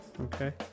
Okay